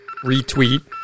retweet